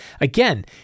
Again